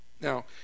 Now